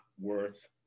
worth